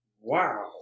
Wow